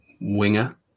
winger